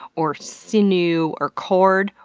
or sinew, or cord,